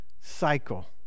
cycle